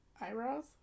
Eyebrows